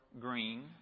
green